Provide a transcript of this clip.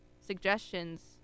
suggestions